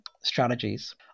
Strategies